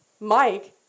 Mike